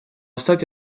stati